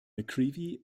mccreevy